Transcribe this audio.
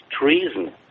treason